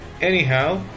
Anyhow